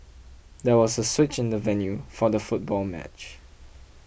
there was a switch in the venue for the football match